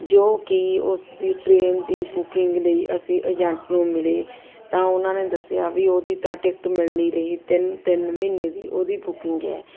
ਜੋ ਕਿ ਉਸਦੀ ਟ੍ਰੇਨ ਦੀ ਬੁਕਿੰਗ ਲਈ ਅਸੀਂ ਏਜੰਟ ਨੂੰ ਮਿਲੇ ਤਾਂ ਉਹਨਾਂ ਨੇ ਦੱਸਿਆ ਵੀ ਉਹਦੀ ਤਾਂ ਟਿਕਟ ਮਿਲ ਨਹੀਂ ਰਹੀ ਤਿੰਨ ਤਿੰਨ ਮਹੀਨੇ ਦੀ ਉਹਦੀ ਬੁਕਿੰਗ ਹੈ